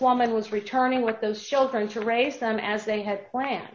woman was returning with those children to raise them as they had planned